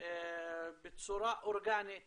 בצורה אורגנית